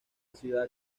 ciudad